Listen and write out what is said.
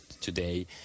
today